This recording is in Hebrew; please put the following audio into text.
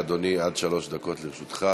בבקשה, אדוני, עד שלוש דקות לרשותך.